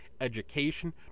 education